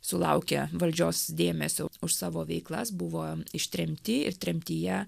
sulaukė valdžios dėmesio už savo veiklas buvo ištremti ir tremtyje